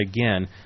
again